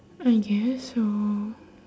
I guess so